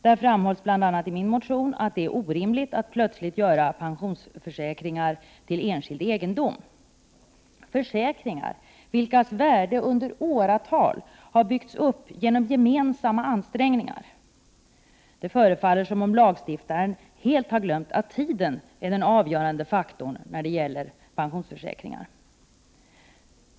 Jag framhåller i min motion att det är orimligt att försäkringar, vilkas värde under åratal byggts upp genom gemensamma ansträngningar, plötsligt blir enskild egendom. Det förefaller som om lagstiftaren helt har glömt att tiden är den avgörande faktorn när det gäller pensionsförsäkringar.